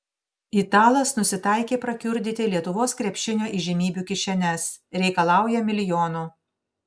italas nusitaikė prakiurdyti lietuvos krepšinio įžymybių kišenes reikalauja milijonų